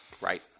Right